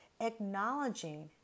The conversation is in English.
acknowledging